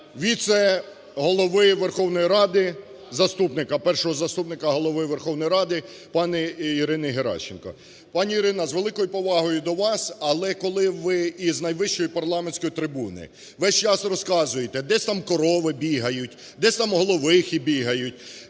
віце-голови Верховної Ради, заступника, Першого заступника Голови Верховної Ради пані Ірини Геращенко. Пані Ірина, з великою повагою до вас, але, коли ви із найвищої парламентської трибуни весь час розказуєте: десь там корови бігають, десь там "головихи" бігають,